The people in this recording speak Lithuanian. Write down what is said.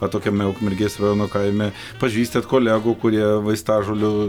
atokiame ukmergės rajono kaime pažįstat kolegų kurie vaistažolių